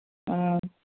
ओ